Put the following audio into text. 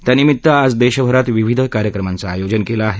त्यानिमित्त आज देशभरात विविध कार्यक्रमांचं आयोजन केलं आहे